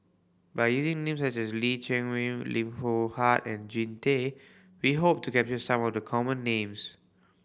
by using names such as Lee Chiaw Meng Lim Loh Huat and Jean Tay we hope to capture some of the common names